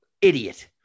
idiot